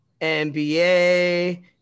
NBA